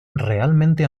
realmente